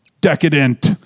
decadent